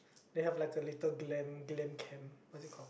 they have like a little glam glam cam what is it called